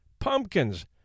pumpkins